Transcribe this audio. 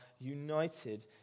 united